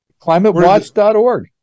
climatewatch.org